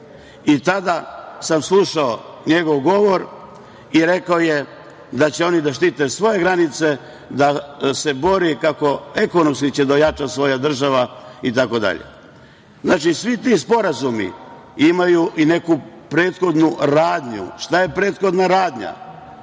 I tada sam slušao njegov govor. Rekao je da će oni da štite svoje granice, da se bore kako će ekonomski da ojača država itd. Znači, svi ti sporazumi imaju i neku prethodnu radnju. Šta je prethodna radnja?